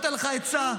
נותן לך עצה,